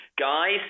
guys